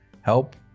Help